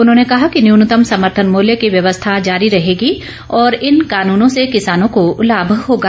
उन्होंने कहा कि न्यूनतम समर्थन मूल्य की व्यवस्था जारी रहेगी और इन कानूनों से किसानों को लाभ होगा